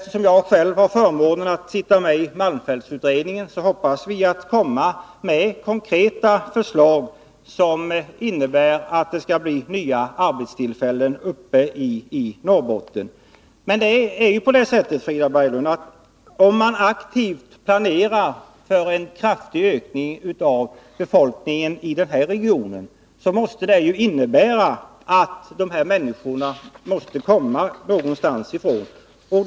Jag själv har förmånen att sitta med i malmfältsutredningen, och inom den hoppas vi kunna lägga fram konkreta förslag som skall leda till nya arbetstillfällen uppe i Norrbotten. Om man aktivt planerar för en kraftig befolkningsökning i den här regionen, måste det, Frida Berglund, också komma människor från något håll.